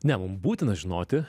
ne mum būtina žinoti